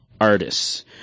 artists